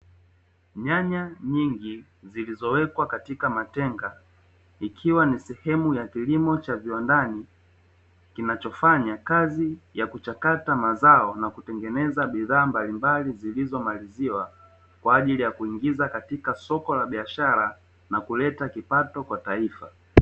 Nyanya nyingi zilizowekwa katika matenga ikiwa ni sehemu ya kilimo cha viwandani, kinachofanya kazi ya kuchakata mazao na kutengeneza bidhaa mbalimbali zilizomaliziwa kwa ajili ya kuingiza katika soko la biashara na kuleta kipato kwa taifa.